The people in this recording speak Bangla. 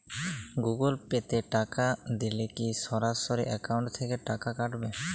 গুগল পে তে টাকা দিলে কি সরাসরি অ্যাকাউন্ট থেকে টাকা কাটাবে?